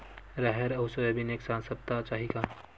राहेर अउ सोयाबीन एक साथ सप्ता चाही का?